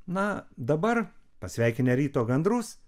na dabar pasveikinę ryto gandrus